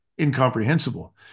incomprehensible